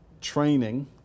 training